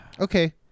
Okay